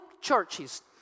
churches